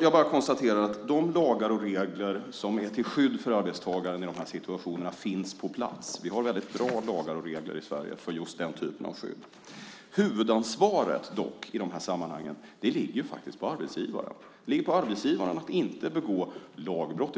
Jag konstaterar att de lagar och regler som är till skydd för arbetstagaren i sådana situationer finns på plats. Vi har bra lagar och regler i Sverige för just den typen av skydd. Huvudansvaret i dessa sammanhang ligger emellertid på arbetsgivaren. Det ligger på arbetsgivaren att inte begå lagbrott,